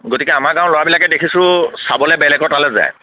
গতিকে আমাৰ গাঁৱৰ ল'ৰাবিলাকে দেখিছোঁ চাবলৈ বেলেগৰ তালৈ যায়